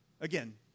Again